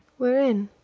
wherein?